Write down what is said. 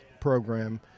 program